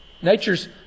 Nature's